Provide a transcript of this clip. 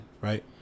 Right